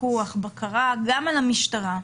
פיקוח ובקרה גם על המשטרה.